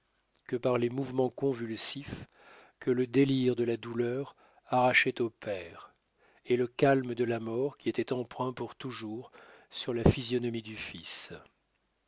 que par les mouvements convulsifs que le délire de la douleur arrachait au père et le calme de la mort qui était empreint pour toujours sur la physionomie du fils